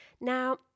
Now